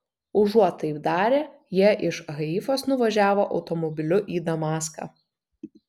užuot taip darę jie iš haifos nuvažiavo automobiliu į damaską